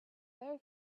very